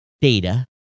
data